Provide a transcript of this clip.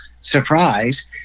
Surprise